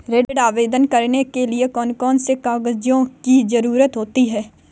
ऋण आवेदन करने के लिए कौन कौन से कागजों की जरूरत होती है?